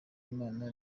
imana